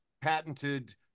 patented